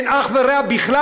ואין לה אח ורע בכלל,